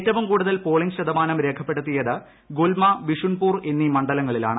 ഏറ്റവും കൂടുതൽ പോളിംഗ ശതമാനം രേഖപ്പെടുത്തിയത് ഗുൽമ ബിഷുൺപൂർ എന്നീ മണ്ഡലങ്ങളിലാണ്